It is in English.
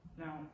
Now